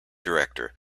director